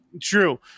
True